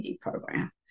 program